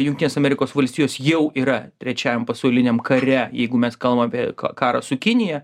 jungtinės amerikos valstijos jau yra trečiajam pasauliniam kare jeigu mes kalbam apie ka karą su kinija